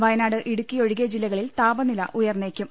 വയനാട് ഇടുക്കി ഒഴികെ ജില്ലകളിൽ താപനില ഉയർന്നേക്കും